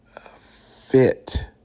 fit